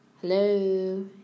Hello